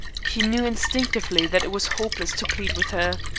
he knew instinctively that it was hopeless to plead with her.